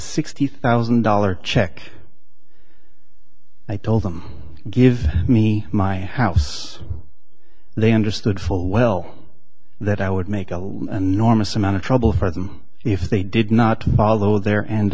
sixty thousand dollars check i told them give me my house they understood full well that i would make a lot a normal amount of trouble for them if they did not follow their end